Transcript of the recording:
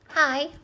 Hi